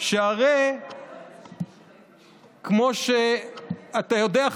שהרי כמו שאתה יודע,